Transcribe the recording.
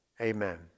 Amen